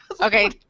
Okay